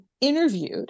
interviewed